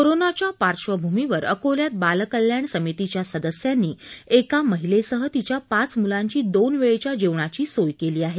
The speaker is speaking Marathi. कोरोनाच्या पार्श्वभूमीवर अकोल्यात बालकल्याण समितीच्या सदस्यांनी एका महिलेसह तिच्या पाच मुलांची दोन वेळेच्या जेवणाची सोय केली आहे